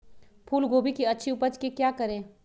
फूलगोभी की अच्छी उपज के क्या करे?